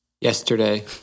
yesterday